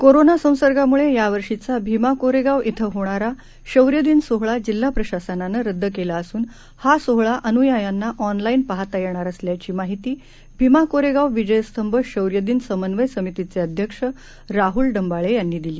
corona संसर्गामुळे यावर्षीचा भीमाकोरेगाव इथं होणारा शौर्यदिन सोहळा जिल्हा प्रशासनानं रद्द केला असून हा सोहळा अनुयायांना ऑनलाईन पाहता येणार असल्याची माहिती भीमा कोरेगाव विजयस्तंभ शौर्यदिन समन्वय समितीचे अध्यक्ष राहल डंबाळे यांनी दिली